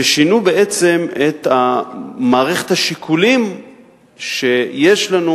ששינו בעצם את מערכת השיקולים שיש לנו